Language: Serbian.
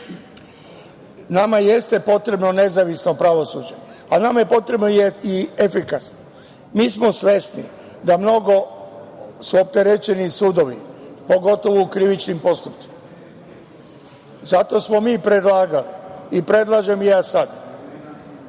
Nama jeste potrebno nezavisno pravosuđe, ali nama je potrebno i efikasno. Mi smo svesni da su mnogo opterećeni sudovi pogotovo u krivičnim postupcima. Zato smo predlagali i predlažem i ja sad